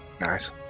nice